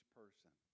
person